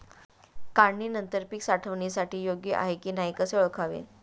काढणी नंतर पीक साठवणीसाठी योग्य आहे की नाही कसे ओळखावे?